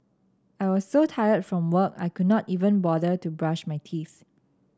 I was so tired from work I could not even bother to brush my teeth